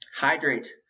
Hydrate